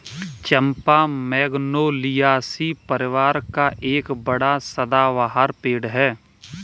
चंपा Magnoliaceae परिवार का एक बड़ा सदाबहार पेड़ है